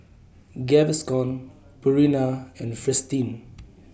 Gaviscon Purina and Fristine